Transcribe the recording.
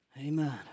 Amen